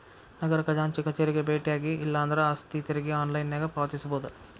ನಗರ ಖಜಾಂಚಿ ಕಚೇರಿಗೆ ಬೆಟ್ಟ್ಯಾಗಿ ಇಲ್ಲಾಂದ್ರ ಆಸ್ತಿ ತೆರಿಗೆ ಆನ್ಲೈನ್ನ್ಯಾಗ ಪಾವತಿಸಬೋದ